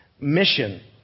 mission